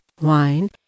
wine